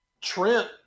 Trent